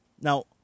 Now